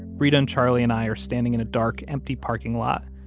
reta and charlie and i are standing in a dark, empty parking lot.